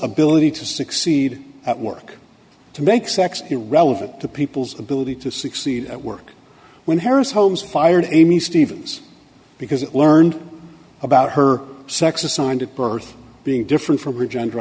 ability to succeed at work to make sex irrelevant to people's ability to succeed at work when harris holmes fired amy stevens because it learned about her sex assigned at birth being different from her gender